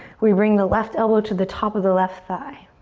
we bring the left elbow to the top of the left thigh.